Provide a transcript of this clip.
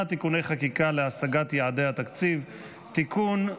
(תיקוני חקיקה להשגת יעדי התקציב) (תיקון,